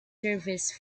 service